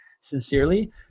sincerely